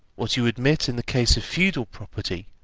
what you admit in the case of feudal property,